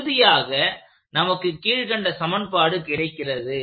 இறுதியாக நமக்கு கீழ்க்கண்ட சமன்பாடு கிடைக்கிறது